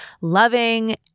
loving